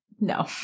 no